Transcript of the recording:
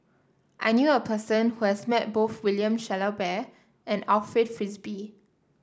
I knew a person who has met both William Shellabear and Alfred Frisby